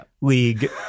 league